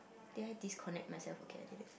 did I disconnect myself okay I didn't